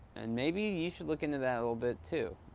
and, maybe you should look into that a little bit, too.